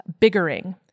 Biggering